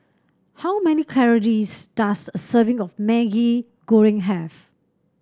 how many calories does a serving of Maggi Goreng have